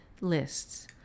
lists